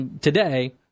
today